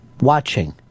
watching